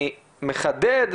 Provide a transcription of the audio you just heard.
אני מחדד,